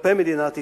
כלפי מדינת ישראל.